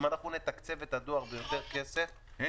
אם אנחנו נתקצב את הדואר ביותר כסף הוא יהיה גוף מצוין.